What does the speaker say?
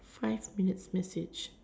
five minutes message